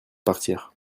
partir